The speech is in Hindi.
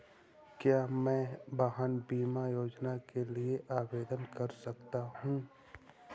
क्या मैं वाहन बीमा योजना के लिए आवेदन कर सकता हूँ?